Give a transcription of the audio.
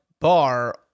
bar